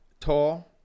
tall